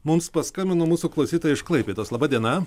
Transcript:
mums paskambino mūsų klausytoja iš klaipėdos laba diena